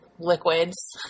liquids